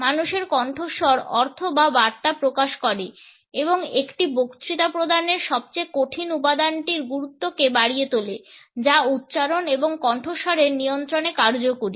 মানুষের কণ্ঠস্বর অর্থ বা বার্তা প্রকাশ করে এবং একটি বক্তৃতা প্রদানের সবচেয়ে কঠিন উপাদানটির গুরুত্বকে বাড়িয়ে তোলে যা উচ্চারণ এবং কণ্ঠস্বরের নিয়ন্ত্রণে কার্যকরী